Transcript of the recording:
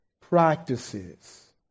practices